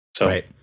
Right